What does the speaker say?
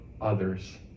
others